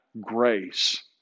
grace